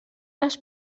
les